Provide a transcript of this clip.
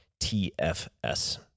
TFS